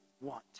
want